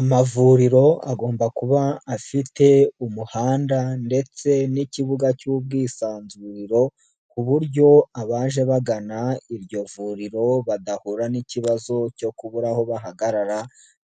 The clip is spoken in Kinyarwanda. Amavuriro agomba kuba afite umuhanda ndetse n'ikibuga cy'ubwisanzure ku buryo abaje bagana iryo vuriro badahura n'ikibazo cyo kubura aho bahagarara